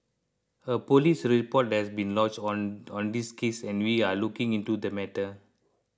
a police report has been lodge on on this case and we are looking into the matter